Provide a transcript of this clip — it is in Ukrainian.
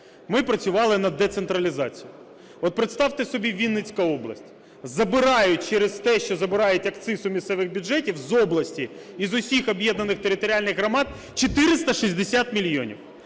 Ми працювали над децентралізацією, от представте собі Вінницька область, забирають, через те, що забирають акциз у місцевих бюджетів з області і з усіх об'єднаних територіальних громад 460 мільйонів,